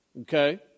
okay